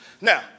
Now